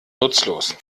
nutzlos